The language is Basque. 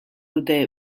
dute